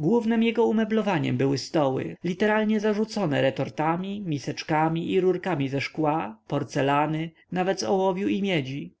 głównem jego umeblowaniem były stoły literalnie zarzucone retortami miseczkami i rurkami ze szkła porcelany nawet z ołowiu i miedzi